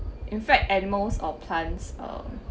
in fact animals or plants or